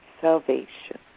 salvation